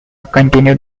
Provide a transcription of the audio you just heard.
continued